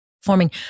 forming